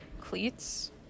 cleats